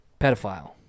pedophile